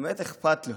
באמת אכפת לו,